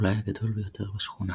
אולי הגדול ביותר בשכונה.